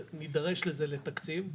שנדרש לזה לתקציב.